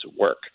work